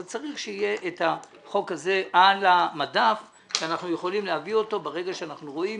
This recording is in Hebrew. אבל צריך שיהיה את החוק הזה על המדף שנוכל להביא אותו ברגע שאנחנו רואים